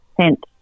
sent